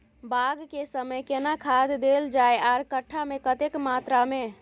बाग के समय केना खाद देल जाय आर कट्ठा मे कतेक मात्रा मे?